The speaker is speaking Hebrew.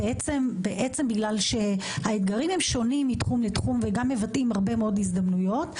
בגלל שהאתגרים הם שונים מתחום לתחום וגם מבטאים הרבה מאוד הזדמנויות,